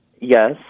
Yes